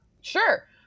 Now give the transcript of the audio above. sure